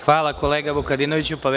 Hvala, kolega Vukadinoviću.